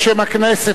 בשם הכנסת,